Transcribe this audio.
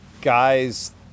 guys